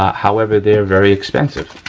however they are very expensive,